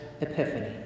epiphany